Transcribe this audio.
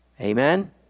Amen